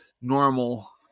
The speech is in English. normal